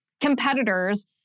competitors